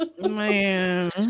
man